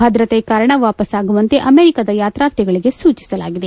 ಭದ್ರತೆ ಕಾರಣ ವಾಪಸ್ಸಾಗುವಂತೆ ಅಮೆರಿಕದ ಯಾತ್ರಾರ್ಥಿಗಳಿಗೆ ಸೂಚಿಸಲಾಗಿದೆ